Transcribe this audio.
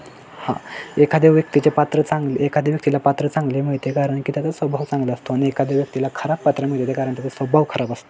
हां एखाद्या व्यक्तीचे पात्र चांगले एखाद्या व्यक्तीला पात्र चांगले मिळते कारण की त्याचा स्वभाव चांगला असतो आणि एखाद्या व्यक्तीला खराब पात्र मिळते कारण त्याचा स्वभाव खराब असतो